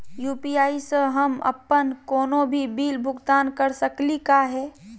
UPI स हम अप्पन कोनो भी बिल भुगतान कर सकली का हे?